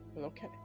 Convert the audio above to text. Okay